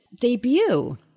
debut